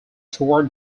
toward